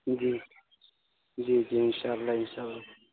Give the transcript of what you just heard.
جی جی جی انشاء اللہ انشاء اللہ